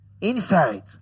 inside